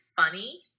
funny